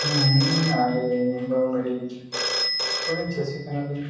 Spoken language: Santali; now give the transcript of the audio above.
ᱦᱮᱸ ᱟᱞᱮ ᱫᱚ ᱢᱤᱫᱴᱤᱡ ᱦᱩᱰᱤᱧ ᱪᱟᱹᱥᱤ ᱠᱟᱱᱟᱞᱤᱧ